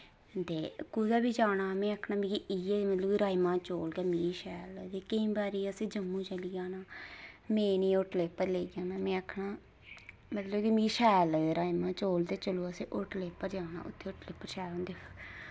ते कुतै बी जाना में आखना मिगी इ'यै मतलब कि राजमांह् चौल गै मिकी शैल लगदे केईं बारी असें जम्मू चली जाना में इ'नें होटलें पर लेई जाना में आखना मतलब कि मिगी शैल लगदे राजमांह् चौल ते चलो असें होटले पर जाना उत्थै होटले पर शैल होंदे